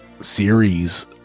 series